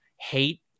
hate